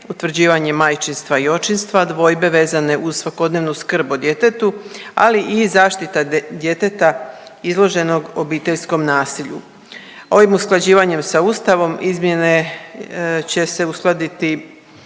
utvrđivanje majčinstva i očinstva, dvojbe vezane uz svakodnevnu skrb o djetetu, ali i zaštita djeteta izloženog obiteljskom nasilju. Ovim usklađivanjem sa Ustavom, izmjene će se uskladiti